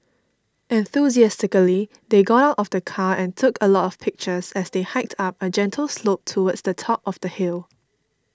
enthusiastically they got out of the car and took a lot of pictures as they hiked up a gentle slope towards the top of the hill